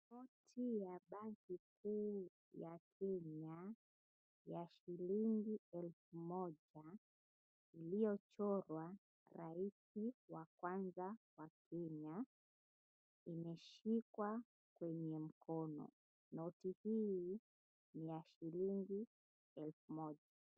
Noti ya banki kuu ya Kenya ya shilingi elfu moja iliyochorwa rais wa kwanza wa Kenya imeshikwa kwenye mkono. Noti hii ni ya shilingi elfu moja.